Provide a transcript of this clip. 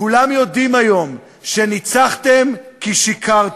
כולם יודעים היום שניצחתם כי שיקרתם.